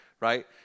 right